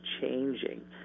changing